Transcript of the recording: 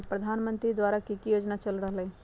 प्रधानमंत्री द्वारा की की योजना चल रहलई ह?